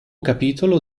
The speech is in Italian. capitolo